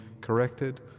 corrected